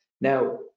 Now